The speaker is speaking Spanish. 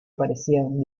parecían